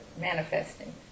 manifesting